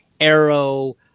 arrow